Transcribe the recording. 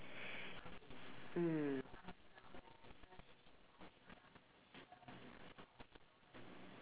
mm